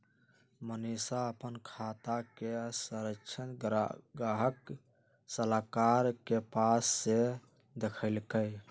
मनीशा अप्पन खाता के सरांश गाहक सलाहकार के पास से देखलकई